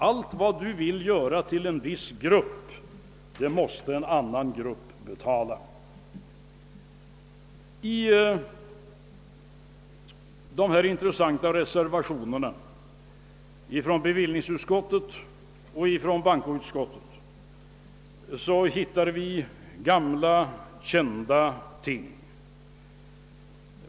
Allt vad du vill göra för en viss grupp, det måste en annan grupp betala. I de intressanta reservationerna vid bevillningsutskottets betänkande och bankoutskottets utlåtanden hittar vi gamla kända ting.